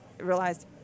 realized